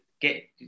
get